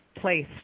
place